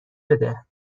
بده